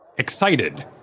Excited